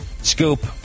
scoop